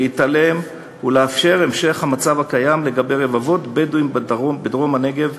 להתעלם ולאפשר המשך המצב הקיים לגבי רבבות בדואים בצפון הנגב,